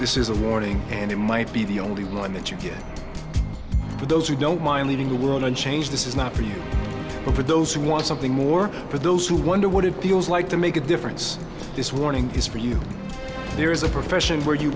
this is a warning and it might be the only one that you get for those who don't mind leaving the world unchanged this is not for you but for those who want something more for those who wonder what it feels like to make a difference this warning is for you there is a profession where you